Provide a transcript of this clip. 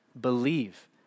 Believe